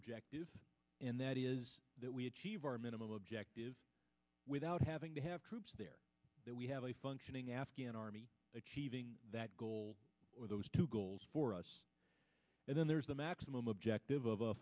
objective and that is that we achieve our minimal objectives without having to have troops there that we have a functioning afghan army achieving that goal with those two goals for us and then there's the maximum objective of